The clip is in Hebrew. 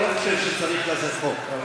אני לא חושב שצריך לזה חוק,